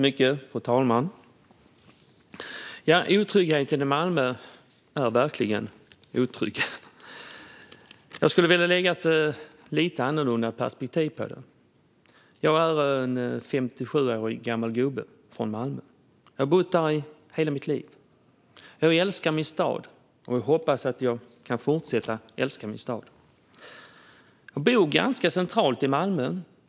Fru talman! Otryggheten i Malmö är verkligen otrygg. Jag skulle vilja anlägga ett lite annorlunda perspektiv på det. Jag är en 57-årig gammal gubbe från Malmö. Jag har bott där i hela mitt liv. Jag älskar min stad och hoppas att jag kan fortsätta att älska min stad. Jag bor ganska centralt i Malmö.